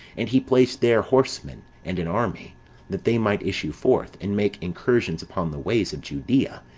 and he placed there horsemen, and an army that they might issue forth, and make incursions upon the ways of judea,